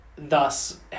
thus